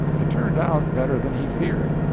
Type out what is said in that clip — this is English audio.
it turned out better than he feared.